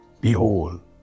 Behold